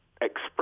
express